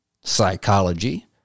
psychology